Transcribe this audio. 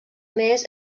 més